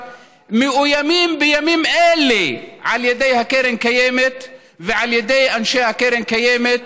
מאוימים בימים אלה על ידי קרן הקיימת ועל ידי אנשי קרן הקיימת,